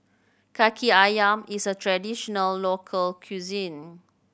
Kaki Ayam is a traditional local cuisine